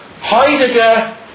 Heidegger